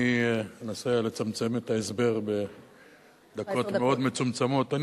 אני אנסה לצמצם את ההסבר בדקות מאוד מצומצמות.